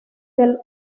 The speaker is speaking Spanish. del